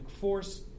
force